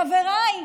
חבריי,